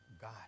God